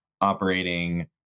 operating